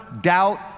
doubt